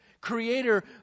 creator